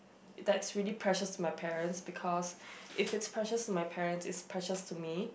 that's really precious to my parents because if it's precious to my parents it's precious to me